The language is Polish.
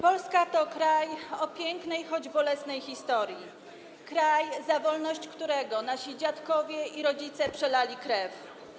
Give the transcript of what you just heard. Polska to kraj o pięknej, choć bolesnej historii, kraj, za którego wolność nasi dziadkowie i rodzice przelali krew.